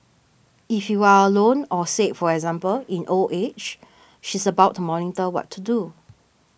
if you are alone or say for example in old age she's about to monitor what to do